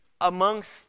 amongst